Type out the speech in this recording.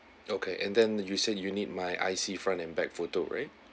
okay and then you said you need my I_C front and back photo right